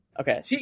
Okay